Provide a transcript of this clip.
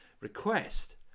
request